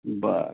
बरं